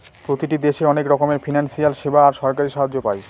প্রতিটি দেশে অনেক রকমের ফিনান্সিয়াল সেবা আর সরকারি সাহায্য পায়